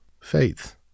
faith